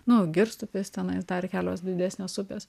nu girstupis tenais dar kelios didesnės upės